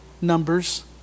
Numbers